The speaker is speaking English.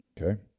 Okay